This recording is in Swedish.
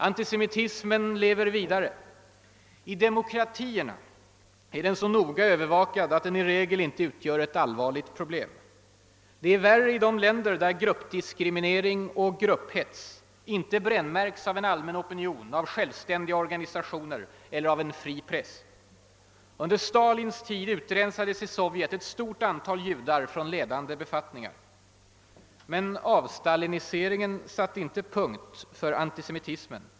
Antisemitismen 1lever vidare. I demokratierna är den så noga övervakad att den i regel inte utgör något allvarligt problem. Det är värre i de länder där gruppdiskriminering och grupphets inte brännmärks av en allmän opinion, av självständiga organisationer eller av en fri press. Under Stalins tid utrensades i Sovjet ett stort antal judar från ledande befatningar. Men avstaliniseringen satte inte punkt för antisemitismen.